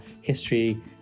history